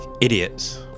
idiots